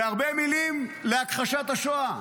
והרבה מילים להכחשת השואה.